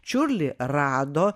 čiurlį rado